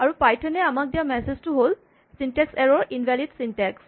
আৰু পাইথনে আমাক দিয়া মেচেজ টো হ'ল ছিনটেক্স এৰ'ৰ ইনভেলিড ছিনটেক্স